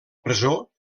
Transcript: presó